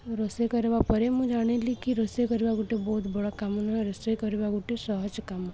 ରୋଷେଇ କରିବା ପରେ ମୁଁ ଜାଣିଲି କି ରୋଷେଇ କରିବା ଗୋଟେ ବହୁତ ବଡ଼ କାମ ନହେଁ ରୋଷେଇ କରିବା ଗୋଟେ ସହଜ କାମ